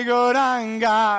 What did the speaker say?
Goranga